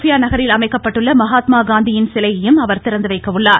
பியா நகரில் அமைக்கப்பட்டுள்ள மகாத்மா காந்தியின் சிலையையும் அவர் திறந்துவைக்க உள்ளார்